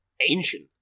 ancient